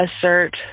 assert